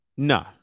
No